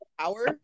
power